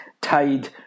tied